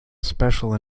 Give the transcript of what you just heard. special